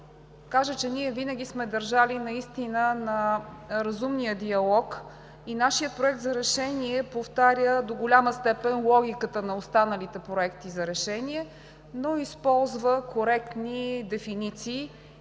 кажа, че наистина винаги сме държали на разумния диалог и нашият Проект за решение повтаря до голяма степен логиката на останалите проекти на решение, но използва коректни дефиниции